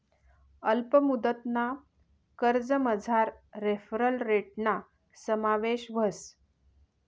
अल्प मुदतना कर्जमझार रेफरल रेटना समावेश व्हस